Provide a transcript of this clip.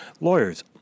lawyers